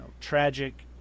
tragic